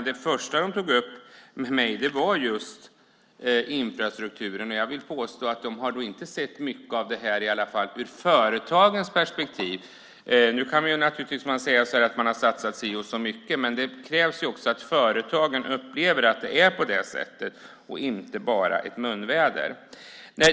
Det första de tog upp med mig var just infrastrukturen. Jag vill påstå att de inte har sett mycket av detta, i alla fall inte ur företagens perspektiv. Man kan naturligtvis säga att man har satsat si och så mycket. Men det krävs att även företagen upplever att det är på det sättet och inte bara ett munväder.